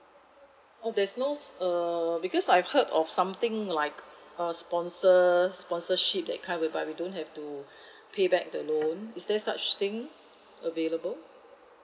oh there's no err because I've heard of something like a sponsor sponsorship that kind whereby we don't have to pay back the loan is there such thing available